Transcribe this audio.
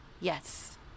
yes